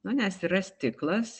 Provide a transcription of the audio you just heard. nu nes yra stiklas